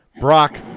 Brock